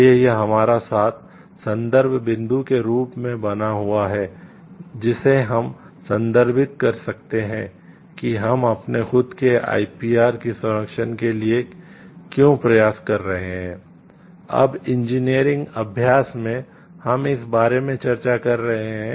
इसलिए यह हमारे साथ संदर्भ बिंदु के रूप में बना हुआ है जिसे हम संदर्भित कर सकते हैं कि हम अपने खुद के आईपीआर के संरक्षण के लिए क्यों प्रयास कर रहे हैं